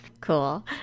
Cool